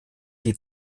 die